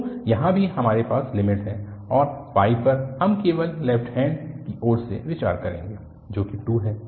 तो यहाँ भी हमारे पास लिमिट है और पर हम केवल लेफ्ट हैन्ड की ओर से विचार करेंगे जो कि 2 है